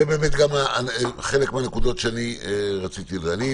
זה גם חלק מהנקודות שאני רציתי לומר.